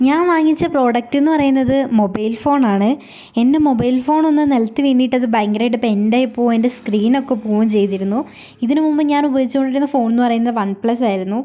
ഞാൻ വാങ്ങിച്ച പ്രോഡക്റ്റ് എന്ന് പറയുന്നത് മൊബൈൽ ഫോണാണ് എൻ്റെ മൊബൈൽ ഫോണൊന്ന് നിലത്ത് വീണിട്ടത് ഭയങ്കരമായിട്ടത് ബെന്റായി പോകുകയും അതിൻ്റെ സ്ക്രീനൊക്കെ പോകുകയും ചെയ്തിരുന്നു ഇതിന് മുമ്പ് ഞാൻ ഉപയോഗിച്ച് കൊണ്ടിരുന്ന ഫോൺ എന്ന് പറയുന്നത് വൺ പ്ലസ് ആയിരുന്നു